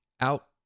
out